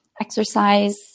Exercise